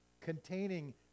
containing